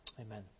Amen